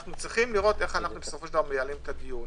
אנו צריכים לראות איך אנחנו בסופו של דבר מייעלים את הדיונים.